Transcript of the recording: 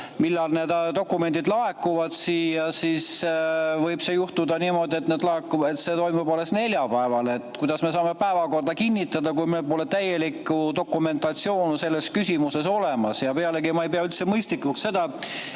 millal need dokumendid laekuvad siia, siis võib juhtuda niimoodi, et see toimub alles neljapäeval. Kuidas me saame päevakorra kinnitada, kui meil pole täielikku dokumentatsiooni selles küsimuses olemas? Ja pealegi ma ei pea üldse mõistlikuks seda,